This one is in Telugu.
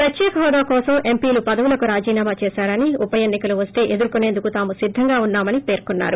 ప్రత్వేక హోదా కోసం ఎంపీలు పదవులకు రాజీనామా చేసారని ఉప ఎన్నికలు వస్తే ఎదుర్కొనేందుకు తాము సిద్ధంగా ఉన్నామని పెర్కున్నారు